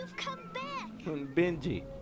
Benji